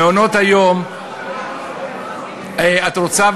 מעונות-היום את רוצה,